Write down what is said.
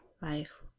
life